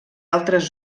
altres